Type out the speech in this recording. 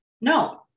No